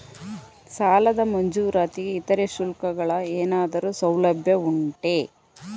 ಸಾಲದ ಮಂಜೂರಾತಿಗೆ ಇತರೆ ಶುಲ್ಕಗಳ ಏನಾದರೂ ಸೌಲಭ್ಯ ಉಂಟೆ?